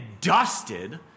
dusted